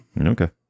Okay